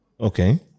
Okay